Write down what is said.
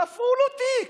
תפרו לו תיק.